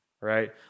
right